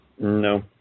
No